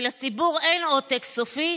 ולציבור אין עותק סופי,